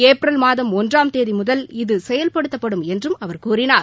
April மாதம் ஒன்றாம் தேதி முதல் இது செயல்படுத்தப்படும் என்றும் அவர் கூறினார்